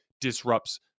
disrupts